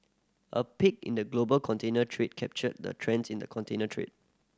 a peek in the global container trade captured the trends in the container trade